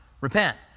repent